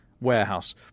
warehouse